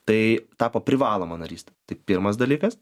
tai tapo privaloma narystė tai pirmas dalykas